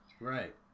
right